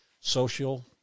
social